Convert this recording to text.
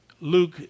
Luke